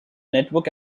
network